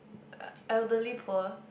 el~ elderly poor